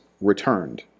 returned